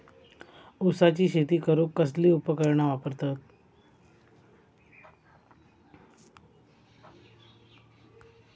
ऊसाची शेती करूक कसली उपकरणा वापरतत?